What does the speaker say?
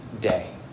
day